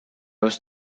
was